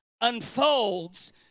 unfolds